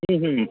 হুম হুম